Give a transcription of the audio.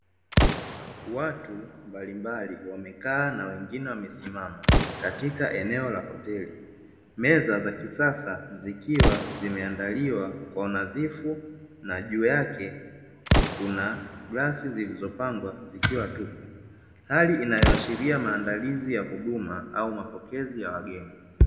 Watu mbalimbali wamekaa na wengine wamesimama, katika eneo la hoteli. Meza za kisasa zikiwa zimeandaliwa kwa unadhifu, na juu yake kuna glasi zilizopangwa zikiwa tupu. Hali inayoashiria maandalizi ya huduma au mapokezi ya wageni.